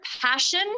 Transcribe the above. passion